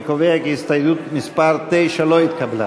אני קובע כי הסתייגות מס' 9 לא התקבלה.